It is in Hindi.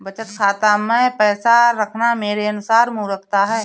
बचत खाता मैं पैसा रखना मेरे अनुसार मूर्खता है